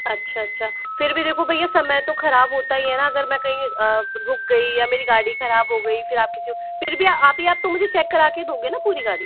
अच्छा अच्छा फिर भी देखो भैया समय तो खराब होता ही है ना अगर मैं कहीं रुक गई या मेरी गाड़ी खराब हो गई फिर आप किसी को फिर भी अभी आप तो मुझे चेक करा के दोगे ना पूरी गाड़ी